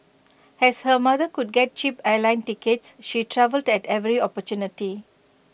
as her mother could get cheap airline tickets she travelled at every opportunity